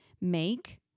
make